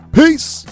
Peace